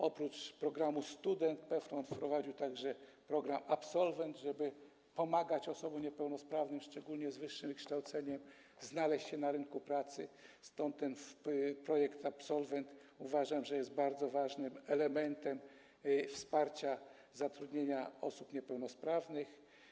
Oprócz programu „Student” PFRON wprowadził także program „Absolwent”, żeby pomagać osobom niepełnosprawnym, szczególnie z wyższym wykształceniem, znaleźć się na rynku pracy, stąd uważam, że projekt „Absolwent” jest bardzo ważnym elementem wsparcia zatrudnienia osób niepełnosprawnych.